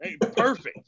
Perfect